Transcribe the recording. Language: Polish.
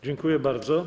Dziękuję bardzo.